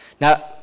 Now